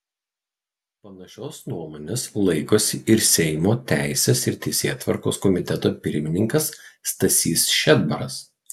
panašios nuomonės laikosi ir seimo teisės ir teisėtvarkos komiteto pirmininkas stasys šedbaras